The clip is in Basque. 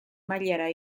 mailara